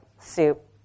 soup